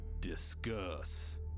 discuss